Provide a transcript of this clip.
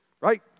right